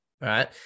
right